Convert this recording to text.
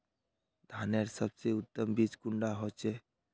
धानेर सबसे उत्तम बीज कुंडा होचए?